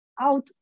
out